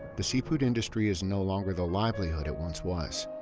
the seafood industry is no longer the livelihood it once was.